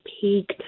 peak